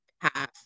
half